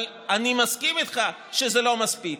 אבל אני מסכים איתך שזה לא מספיק,